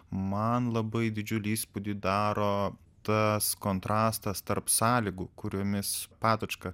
man labai didžiulį įspūdį daro tas kontrastas tarp sąlygų kuriomis patočka